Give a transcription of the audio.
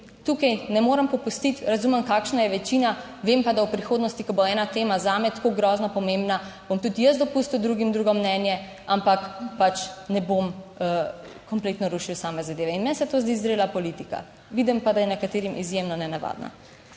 tukaj ne morem popustiti. Razumem, kakšna je večina, vem pa, da v prihodnosti, ko bo ena tema zame tako grozno pomembna, bom tudi jaz dopustil drugim, drugo mnenje, ampak pač ne bom kompletno rušil same zadeve. Meni se to zdi zrela politika, vidim pa, da je nekaterim izjemno nenavadna.